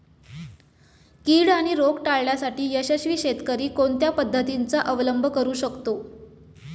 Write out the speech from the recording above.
कीड आणि रोग टाळण्यासाठी यशस्वी शेतकरी कोणत्या पद्धतींचा अवलंब करू शकतो?